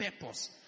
purpose